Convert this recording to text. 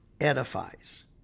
edifies